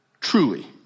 Truly